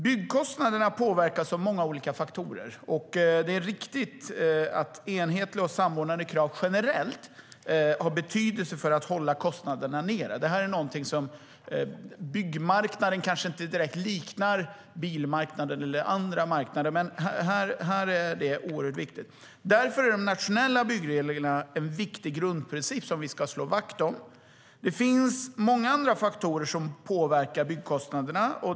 Byggkostnaderna påverkas av många olika faktorer. Det är riktigt att enhetliga och samordnade krav generellt har betydelse för att hålla kostnaderna nere. Byggmarknaden kanske inte direkt liknar bilmarknaden eller andra marknader, men här är det oerhört viktigt. Därför är de nationella byggreglerna en viktig grundprincip som vi ska slå vakt om. Det finns många andra faktorer som påverkar byggkostnaderna.